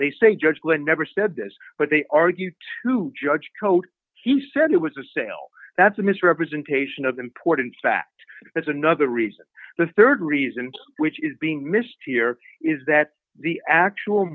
they say judgment never said this but they argue to judge coat he said it was a sale that's a misrepresentation of important fact that's another reason the rd reason which is being missed here is that the actual